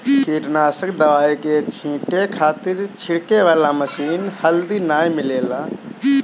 कीटनाशक दवाई के छींटे खातिर छिड़के वाला मशीन हाल्दी नाइ मिलेला